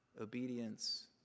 obedience